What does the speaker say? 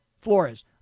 Flores